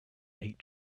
date